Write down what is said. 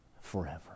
forever